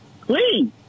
Please